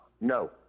No